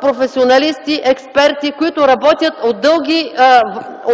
професионалисти и експерти, които работят